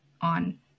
on